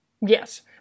Yes